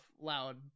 loud